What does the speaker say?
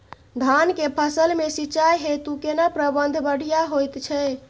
धान के फसल में सिंचाई हेतु केना प्रबंध बढ़िया होयत छै?